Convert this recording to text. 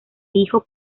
hijo